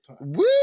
Woo